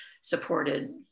supported